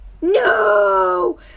No